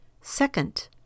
Second